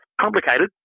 complicated